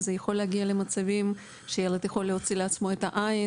זה יכול להגיע למצבים שילד יכול להוציא לעצמו את העין,